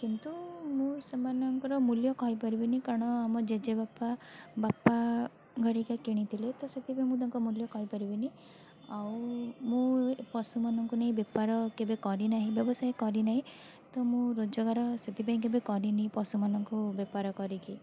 କିନ୍ତୁ ମୁଁ ସେମାନଙ୍କର ମୂଲ୍ୟ କହିପାରିବିନି କାରଣ ଆମ ଜେଜେବାପା ବାପା ହେରିକା କିଣିଥିଲେ ତ ସେଥିପାଇଁ ମୁଁ ତାଙ୍କ ମୂଲ୍ୟ କହିପାରିବିନି ଆଉ ମୁଁ ପଶୁମାନଙ୍କୁ ନେଇ ବେପାର କେବେ କରିନାହିଁ ବ୍ୟବସାୟ କରିନାହିଁ ତ ମୁଁ ରୋଜଗାର ସେଥିପାଇଁ କେବେ କରିନି ପଶୁମାନଙ୍କୁ ବେପାର କରିକି